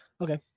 Okay